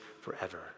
forever